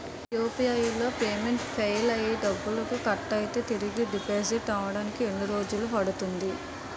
UPI లో payment fail అయ్యి డబ్బులు కట్ అయితే తిరిగి డిపాజిట్ అవ్వడానికి ఎన్ని రోజులు పడుతుంది?